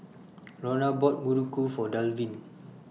Lorna bought Muruku For Dalvin